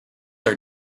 are